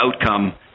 outcome